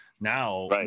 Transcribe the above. Now